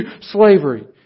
slavery